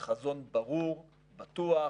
חזון ברור, בטוח,